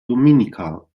dominica